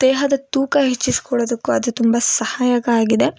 ದೇಹದ ತೂಕ ಹೆಚ್ಚಿಸ್ಕೊಳೋದಕ್ಕು ಅದು ತುಂಬ ಸಹಾಯಕ ಆಗಿದೆ